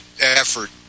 effort